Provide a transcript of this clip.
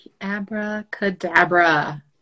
abracadabra